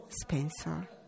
Spencer